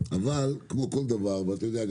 אבל כמו כל דבר ואתה יודע,